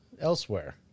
elsewhere